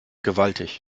gewaltig